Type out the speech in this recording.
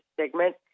segment